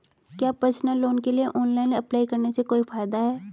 क्या personal loan के लिए ऑनलाइन अप्लाई करने से कोई फायदा है?